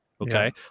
okay